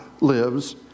lives